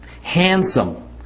handsome